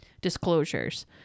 disclosures